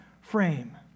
frame